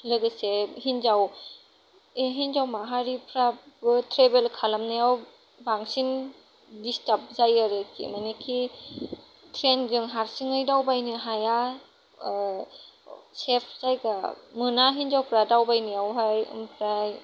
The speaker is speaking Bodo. लोगोसे हिनजाव हिनजाव माहारिफ्राबो ट्रेभेल खालामनायाव बांसिन दिस्थाब जायो आरोखि मानेखि ट्रेइनजों हारसिङै दावबायनो हाया सेफ जायगा मोना हिनजावफ्रा दावबायनायावहाय ओमफ्राय